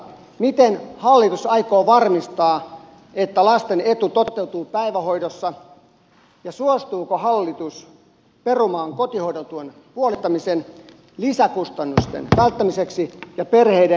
miten hallitus aikoo varmistaa että lasten etu toteutuu päivähoidossa ja suostuuko hallitus perumaan kotihoidon tuen puolittamisen lisäkustannusten välttämiseksi ja perheiden